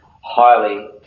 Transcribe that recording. highly